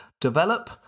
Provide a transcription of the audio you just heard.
develop